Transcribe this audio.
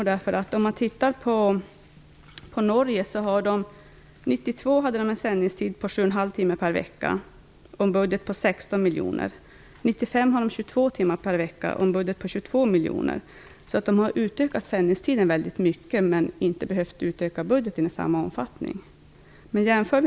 I Norge hade man 1992 en sändningstid om 7 1⁄2 timme per vecka och en budget om 16 miljoner. Man har alltså utökat sändningstiden väldigt mycket men inte behövt utöka budgeten i samma omfattning.